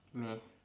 meh